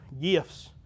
gifts